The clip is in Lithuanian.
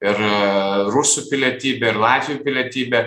ir rusų pilietybė ir latvių pilietybė